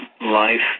life